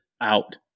out